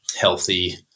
healthy